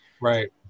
Right